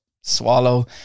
swallow